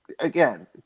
Again